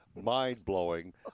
mind-blowing